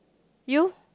you